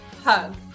hug